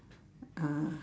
ah